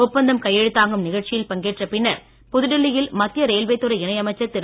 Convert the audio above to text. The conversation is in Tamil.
ஒப்பந்தம் கையெழுத்தாகும் நிகழ்ச்சியில் பங்கேற்ற பின்னர் புதுடில்லி யில் மத்திய ரயில்வே துறை இணை அமைச்சர் திரு